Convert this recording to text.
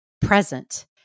present